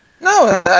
No